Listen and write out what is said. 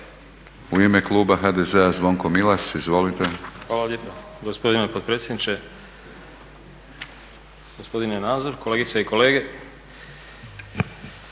U ime kluba HDZ-a Zvonko Milas, izvolite. **Milas, Zvonko (HDZ)** Hvala lijepa gospodine potpredsjedniče, gospodine Nazor, kolegice i kolege.